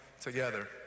together